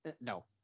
No